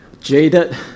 jaded